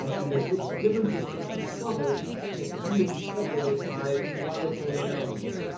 and the the differences can be subtle and they could only be separated by a laboratory analysis.